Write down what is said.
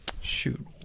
shoot